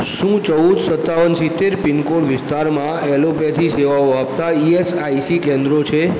શું ચૌદ સત્તાવન સિત્તેર પિનકોડ વિસ્તારમાં એલોપેથી સેવાઓ આપતાં ઇ એસ આઇ સી કેન્દ્રો છે